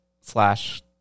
slash